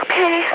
Okay